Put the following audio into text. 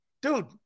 Dude